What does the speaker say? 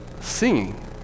singing